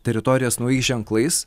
teritorijas naujais ženklais